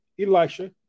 Elisha